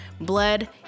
Bled